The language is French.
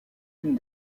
une